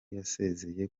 yasezeye